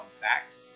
facts